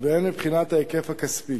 והן מבחינת ההיקף הכספי.